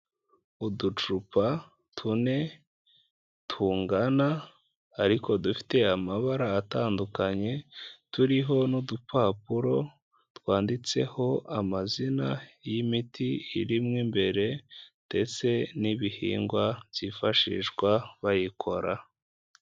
Uducupa tune tungana ariko dufite amabara atandukanye turiho n'udupapuro twanditseho amazina y'imiti irimo imbere ndetse n'ibihingwa byifashishwa bayikora.